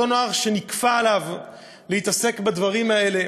אותו נוער שנכפה עליו להתעסק בדברים האלה?